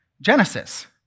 Genesis